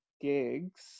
gigs